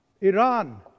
Iran